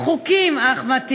חוק מאוזן